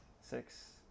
Six